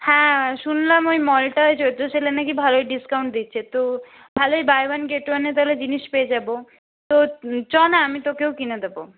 হ্যাঁ শুনলাম ওই মলটায় চৈত্র সেলের নাকি ভালো ডিসকাউন্ট দিচ্ছে তো ভালোই বাই ওয়ান গেট ওয়ানে তাহলে জিনিস পেয়ে যাবো তো চ না আমি তোকেও কিনে দোব